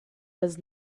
was